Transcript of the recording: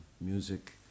music